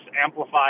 amplify